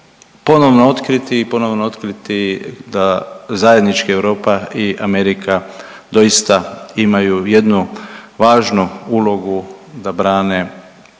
ponovno otkriti i ponovo otkriti da zajednički Europa i Amerika doista imaju jednu važnu ulogu da brane